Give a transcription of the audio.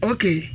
Okay